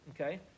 okay